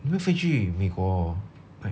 你没有飞去美国 hor ri~